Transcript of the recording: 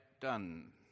done